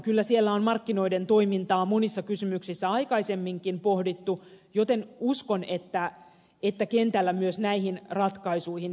kyllä siellä on markkinoiden toimintaa monissa kysymyksissä aikaisemminkin pohdittu joten uskon että kentällä myös näihin ratkaisuihin pystytään